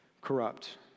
Corrupt